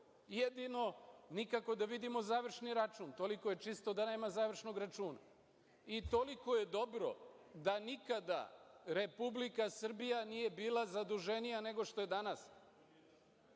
Jedino nikako da vidimo završni račun, toliko je čisto da nema završnog računa. I toliko je dobro da nikada Republika Srbija nije bila zaduženija nego što je danas. Juče